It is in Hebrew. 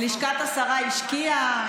לשכת השרה השקיעה,